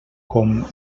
com